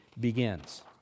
begins